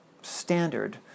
standard